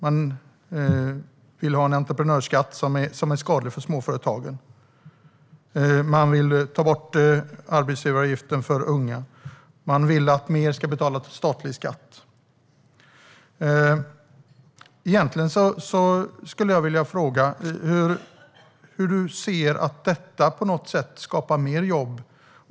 Man vill ha en entreprenörskatt som är skadlig för småföretagen. Man vill ta bort sänkningen av arbetsgivaravgiften för unga. Man vill att fler ska betala statlig skatt. Jag skulle vilja fråga hur Rasmus Ling ser att detta på något sätt skapar fler jobb.